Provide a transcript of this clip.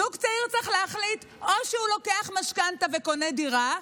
זוג צעיר צריך להחליט: או שהוא לוקח משכנתה וקונה דירה,